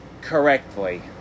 correctly